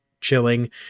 chilling